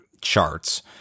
charts